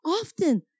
Often